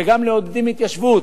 וגם מעודדים התיישבות.